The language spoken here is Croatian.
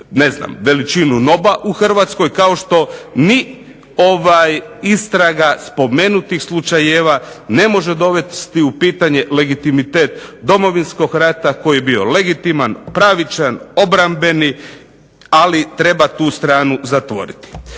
veličinu NOB-a u Hrvatskoj kao što mi istraga spomenutih slučajeva ne može dovesti u pitanje legitimitet Domovinskog rata koji je bio legitiman, pravičan, obrambeni ali treba tu stranu zatvoriti.